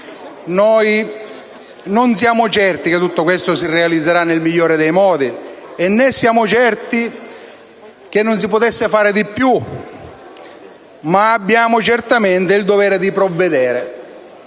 Non siamo certi che tutto questo si realizzerà nel migliore dei modi, né siamo certi che non si potesse fare di più. Ma abbiamo certamente il dovere di provvedere.